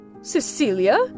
Cecilia